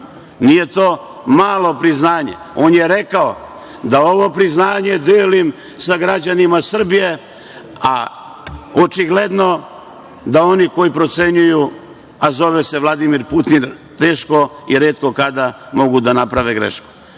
Nije to malo priznanje. On je rekao da ovo priznanje deli sa građanima Srbije, a očigledno da oni koji procenjuju, a zove se Vladimir Putin, teško i retko kada mogu da naprave grešku. Vi